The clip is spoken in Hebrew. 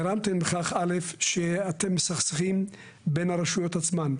גרמתם בכך שאתם מסכסכים בין הרשויות עצמן,